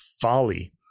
folly